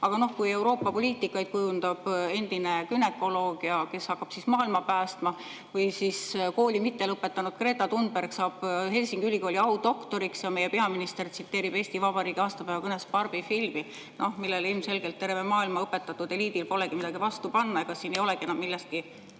Aga noh, kui Euroopa poliitikaid kujundab endine günekoloog, kes hakkab maailma päästma, või kooli mitte lõpetanud Greta Thunberg saab Helsingi Ülikooli audoktoriks, ja meie peaminister tsiteerib Eesti Vabariigi aastapäeva kõnes filmi "Barbie", millele ilmselgelt tervel maailma õpetatud eliidil polegi midagi vastu panna – ega siin ei olegi millestki